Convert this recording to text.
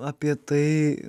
apie tai